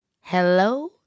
Hello